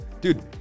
Dude